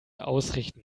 ausrichten